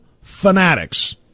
fanatics